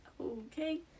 Okay